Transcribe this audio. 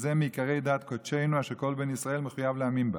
וזה עיקר מעיקרי דת קודשינו אשר כל בן ישראל מחויב להאמין בה".